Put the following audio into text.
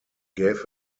gave